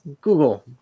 Google